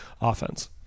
offense